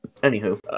Anywho